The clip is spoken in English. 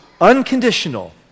unconditional